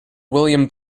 william